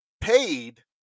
paid